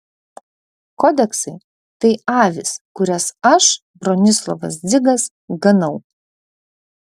kodeksai tai avys kurias aš bronislovas dzigas ganau